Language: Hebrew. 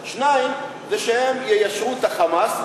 2. זה שהם יישרו את ה"חמאס",